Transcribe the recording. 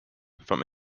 from